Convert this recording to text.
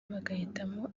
bagahitamo